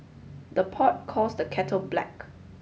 the pot calls the kettle black